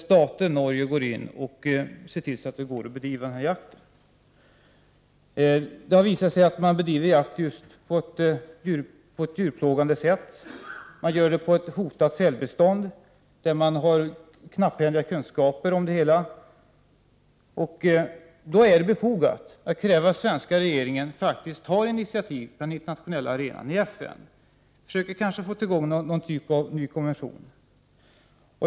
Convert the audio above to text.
Staten Norge går in för att se till att den här jakten kan bedrivas. Det har visat sig att man bedriver jakt på ett sätt som medför djurplågeri. Man bedriver jakt av säl inom ett hotat sälbestånd om vilket man har knapphändiga kunskaper. Det är då befogat att kräva att den svenska regeringen faktiskt tar initiativ på den internationella arenan, i FN, och försöker få till stånd någon typ av ny konvention.